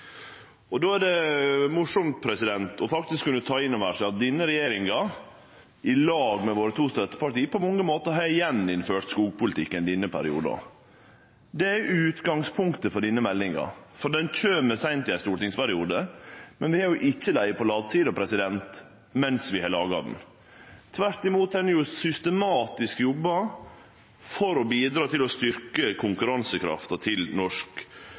Då er det morosamt faktisk å kunne ta inn over seg at denne regjeringa, i lag med våre to støtteparti, på mange måtar har gjeninnført skogpolitikken i denne perioden. Det er utgangspunktet for denne meldinga. Ho kjem seint i en stortingsperiode, men vi har ikkje lege på latsida medan vi laga ho. Tvert imot har vi systematisk jobba for å bidra til å styrkje konkurransekrafta til